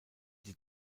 die